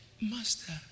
Master